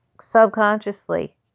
subconsciously